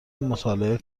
مطالعه